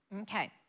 Okay